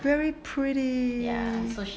very pretty